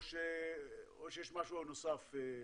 או שיש משהו נוסף?